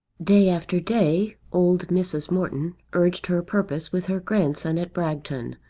day after day old mrs. morton urged her purpose with her grandson at bragton,